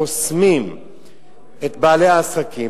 חוסמים את בעלי העסקים,